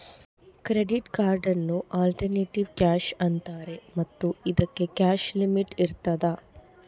credit ಕಾರ್ಡನ್ನು alternative cash ಅಂತಾರೆ ಮತ್ತು ಇದಕ್ಕೆ ಕ್ಯಾಶ್ ಲಿಮಿಟ್ ಇರ್ತದ